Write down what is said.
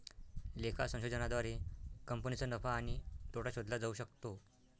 लेखा संशोधनाद्वारे कंपनीचा नफा आणि तोटा शोधला जाऊ शकतो